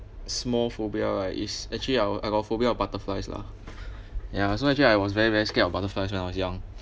small phobia right is actually I go~ I got phobia of butterflies lah ya so actually I was very very scared of butterflies when I was young